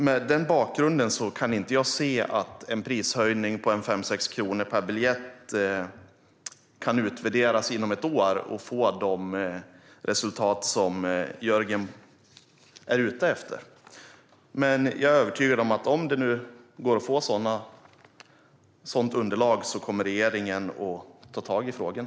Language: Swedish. Med den bakgrunden kan jag inte se att en prishöjning på 5-6 kronor per biljett kan utvärderas inom ett år och få de resultat som Jörgen Warborn är ute efter. Jag är övertygad om att om det går att få ett sådant underlag kommer regeringen att ta tag i frågan.